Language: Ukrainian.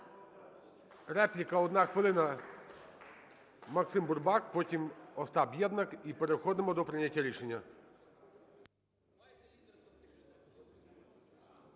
Репліка одна хвилина МаксимБурбак, потім Остап Єднак і переходимо до прийняття рішення.